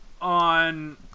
on